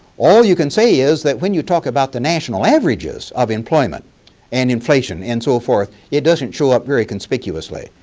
all you can say is that when you talk about the national averages of employment and inflation and so forth, it doesn't show up very conspicuously,